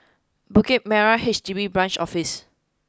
Bukit Merah H D B Branch Office